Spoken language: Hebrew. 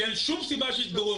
שאין שם סיבה שיסגרו,